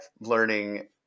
learning